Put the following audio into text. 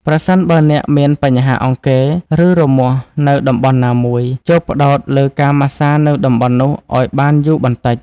ប្រសិនបើអ្នកមានបញ្ហាអង្គែរ ឬរមាស់នៅតំបន់ណាមួយ ចូរផ្តោតលើការម៉ាស្សានៅតំបន់នោះឲ្យបានយូរបន្តិច។